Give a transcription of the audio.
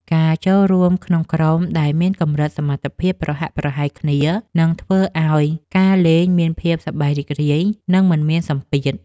ការចូលរួមក្នុងក្រុមដែលមានកម្រិតសមត្ថភាពប្រហាក់ប្រហែលគ្នានឹងធ្វើឱ្យការលេងមានភាពសប្បាយរីករាយ និងមិនមានសម្ពាធ។